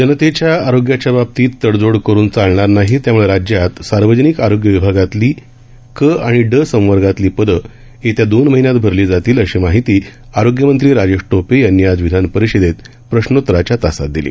जनतेच्या आरोग्याच्या बाबतीत तडजोड करून चालणार नाही त्यामुळे राज्यात सार्वजनिक आरोग्य विभागातली क आणि ड संवर्गातली पदं येत्या दोन महिन्यात भरली जातील अशी माहिती आरोग्यमंत्री राजेश टोपे यांनी आज विधानपरिषदेत प्रश्नोतराच्या तासात दिली